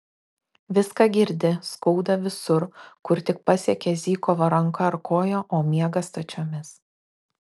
viską girdi skauda visur kur tik pasiekė zykovo ranka ar koja o miega stačiomis